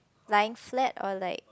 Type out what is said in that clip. lying flat or like